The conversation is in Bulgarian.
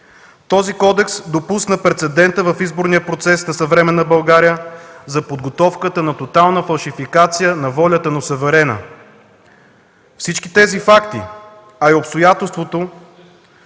Този кодекс допусна прецедента в изборния процес на съвременна България за подготовката на тотална фалшификация на волята на суверена. Всички тези факти, а и обстоятелствата